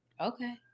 Okay